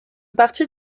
partie